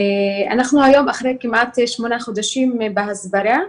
אנחנו היום אחרי כמעט שמונה חודשים בהסברה,